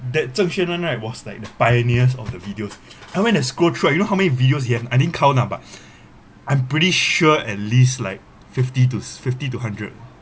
that chen sheng one right was like the pioneers of the videos I went and scroll through ah you know many videos he have I didn't count lah but I'm pretty sure at least like fifty to fifty to hundred